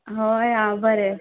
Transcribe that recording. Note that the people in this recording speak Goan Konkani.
हय आं बरें